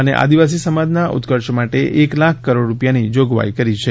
અને આદિવાસી સમાજના ઉત્કર્ષ માટે એક લાખ કરોડ રુપિયાની જોગવાઇ કરી છે